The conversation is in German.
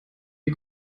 die